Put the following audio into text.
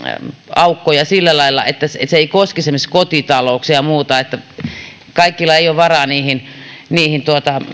aukkoja sillä lailla että ne eivät koskisi esimerkiksi kotitalouksia ja muuta kaikilla ei ole varaa niihin niihin